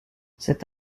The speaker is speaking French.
cet